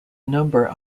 number